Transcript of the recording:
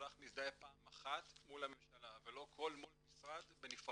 אזרח מזדהה פעם אחת מול הממשלה ולא מול כל משרד בנפרד.